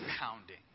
pounding